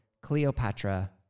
Cleopatra